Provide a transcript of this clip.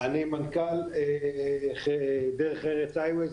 אני מנכ"ל דרך ארץ high way,